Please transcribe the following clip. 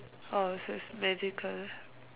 orh so it's magical